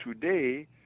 today